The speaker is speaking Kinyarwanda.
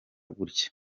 gutya